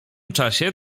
czasie